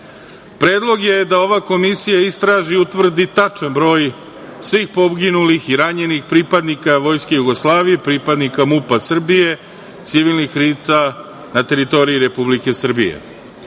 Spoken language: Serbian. je da ova komisija istraži i utvrdi tačan broj svih poginulih i ranjenih pripadnika Vojske Jugoslavije, pripadnika MUP-a Srbije i civilnih lica na teritoriji Republike